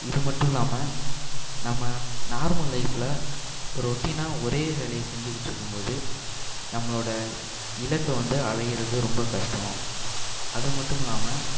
இது மட்டும் இல்லாமல் நம்ம நார்மல் லைப்ஃபில் ரொட்டீனாக ஒரே வேலையை செஞ்சுகிட்டு இருக்குது போது நம்மளோட இலக்கை வந்து அடைவது ரொம்ப கஷ்டம் அது மட்டும் இல்லாமல்